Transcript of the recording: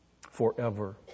forever